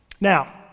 Now